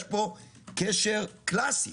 יש פה קשר קלאסי